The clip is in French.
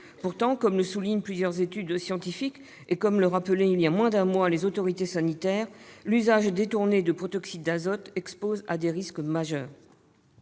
Pourtant, comme le souligne plusieurs études scientifiques, et comme le rappelait il y a moins d'un mois les autorités sanitaires, l'usage détourné du protoxyde d'azote expose à des risques majeurs.